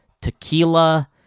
Tequila